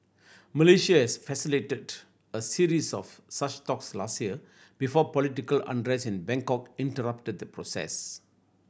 Malaysia has facilitated a series of such talks last year before political unrest in Bangkok interrupted the process